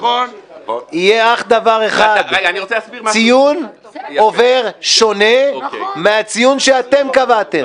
יהיה אך דבר אחד: ציון עובר שונה מהציון שאתם קבעתם,